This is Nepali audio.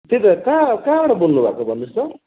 त्यही त कहाँ कहाँबाट बोल्नुभएको भन्नुहोस् त